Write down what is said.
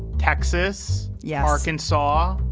texas. yeah. arkansas.